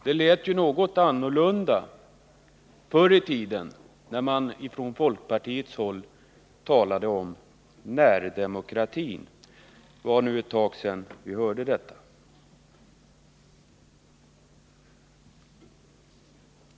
Det lät ju något annorlunda förr i tiden, då man från folkpartiets håll talade om närdemokrati. Det är nu ett tag sedan vi hörde det.